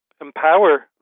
empower